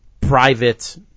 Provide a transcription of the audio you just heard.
private